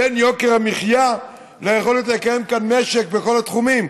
בין יוקר המחיה ליכולת לקיים כאן משק בכל התחומים.